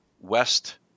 West